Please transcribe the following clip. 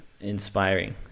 inspiring